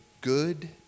good